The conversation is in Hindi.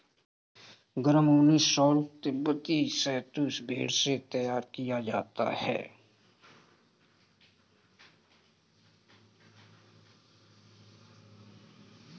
गर्म ऊनी शॉल तिब्बती शहतूश भेड़ से तैयार किया जाता है